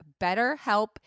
betterhelp